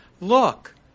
Look